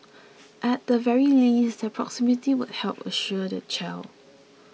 at the very least their proximity would help reassure their child